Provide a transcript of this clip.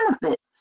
benefits